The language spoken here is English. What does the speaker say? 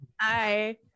Hi